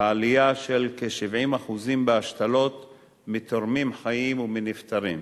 ועלייה של כ-70% בהשתלות מתורמים חיים ומנפטרים.